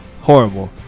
Horrible